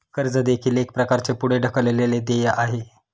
कर्ज देखील एक प्रकारचे पुढे ढकललेले देय आहे